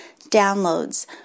downloads